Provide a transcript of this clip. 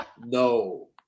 no